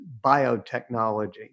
biotechnology